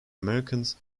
americans